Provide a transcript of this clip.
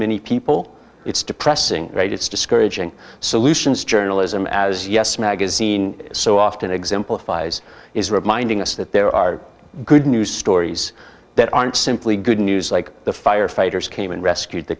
many people it's depressing right it's discouraging solutions journalism as yes magazine so often exemplifies is reminding us that there are good news stories that aren't simply good news like the firefighters came and rescued the